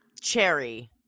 cherry